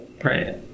Right